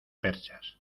perchas